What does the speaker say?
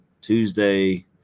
Tuesday